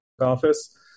office